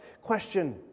Question